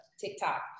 TikTok